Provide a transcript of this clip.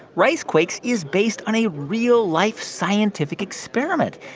rice quakes is based on a real life scientific experiment.